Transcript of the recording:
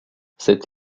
cette